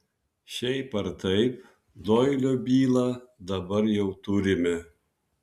šiaip ar taip doilio bylą dabar jau turime